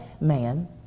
man